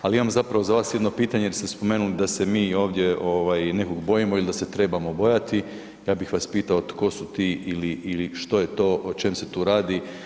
Ali imamo zapravo za vas jedno pitanje jer ste spomenuli da se mi ovdje nekoga bojimo ili da se trebamo bojati, ja bih vas pitao, tko su ti ili što je to o čem se tu radi?